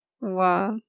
wow